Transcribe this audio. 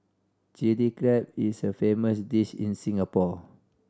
Chilli Crab is a famous dish in Singapore